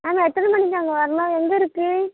ma'am நான் எத்தனை மணிக்கு அங்கே வரலாம் எங்கே இருக்குது